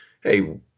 hey